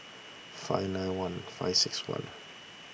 five nine one five six one